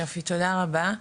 יופי תודה רבה,